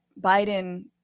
Biden